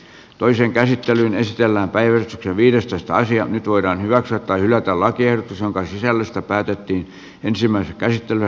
toisen käsittelyn estellä päivä viidestoista nyt voidaan hyväksyä tai hylätä lakiehdotus jonka sisällöstä päätettiin ensimmäisessä käsittelyssä